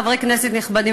חברי כנסת נכבדים,